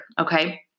Okay